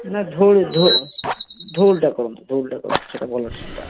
ନା ଧଉଳି ଧଉଳି ଧଉଳି ଟା କରନ୍ତୁ ଧଉଳି ଟା କରନ୍ତୁ ସେଟା ଭଲ ଟ୍ରେନଟା